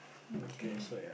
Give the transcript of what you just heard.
okay